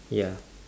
ya